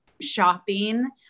shopping